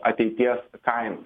ateities kainų